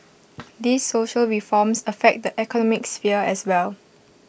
these social reforms affect the economic sphere as well